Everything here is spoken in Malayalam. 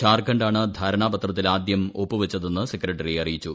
ഝാർഖണ്ഡാണ് ധാരണാപത്രത്തിൽ ആദ്യം ഒപ്പുവച്ചതെന്ന് സെക്രട്ടറി അറിയിച്ചു